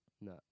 No